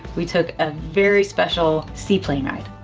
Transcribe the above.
we took a very special sea plane ride.